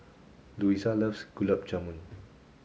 Louisa loves Gulab Jamun